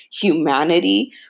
humanity